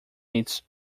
its